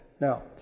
Now